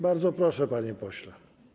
Bardzo proszę, panie pośle.